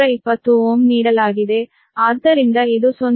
27 p